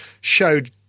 showed